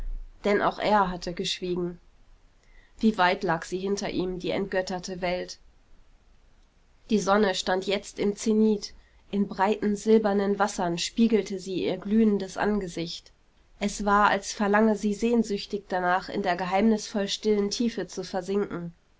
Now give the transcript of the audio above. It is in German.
denn auch er hatte geschwiegen wie weit lag sie hinter ihm die entgötterte welt die sonne stand jetzt im zenit in breiten silbernen wassern spiegelte sie ihr glühendes angesicht es war als verlange sie sehnsüchtig danach in der geheimnisvoll stillen tiefe zu versinken